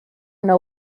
know